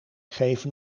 geven